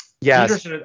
Yes